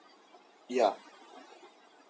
yeah